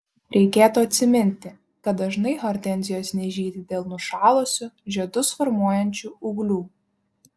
reikėtų atsiminti kad dažnai hortenzijos nežydi dėl nušalusių žiedus formuojančių ūglių